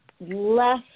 less